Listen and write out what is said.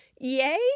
Yay